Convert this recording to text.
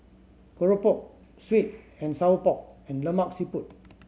keropok sweet and sour pork and Lemak Siput